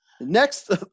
next